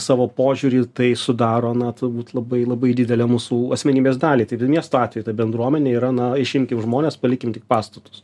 savo požiūrį tai sudaro na turbūt labai labai didelę mūsų asmenybės dalį miesto atveju ta bendruomenė yra na išimkim žmones palikim tik pastatus